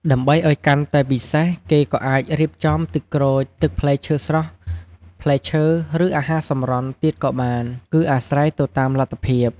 ដើម្បីឱ្យកាន់តែពិសេស គេក៏អាចរៀបចំ ទឹកក្រូច ទឹកផ្លែឈើស្រស់ ផ្លែឈើ ឬ អាហារសម្រន់ទៀតក៏បាន គឺអាស្រ័យទៅតាមលទ្ធភាព។